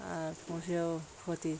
আর পুষেও ক্ষতি